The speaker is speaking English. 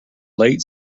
late